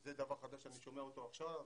זה דבר חדש שאני שומע אותו עכשיו.